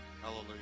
Hallelujah